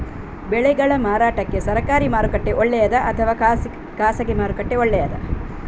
ಬೆಳೆಗಳ ಮಾರಾಟಕ್ಕೆ ಸರಕಾರಿ ಮಾರುಕಟ್ಟೆ ಒಳ್ಳೆಯದಾ ಅಥವಾ ಖಾಸಗಿ ಮಾರುಕಟ್ಟೆ ಒಳ್ಳೆಯದಾ